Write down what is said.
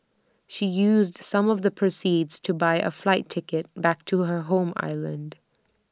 she used some of the proceeds to buy A flight ticket back to her home island